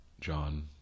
John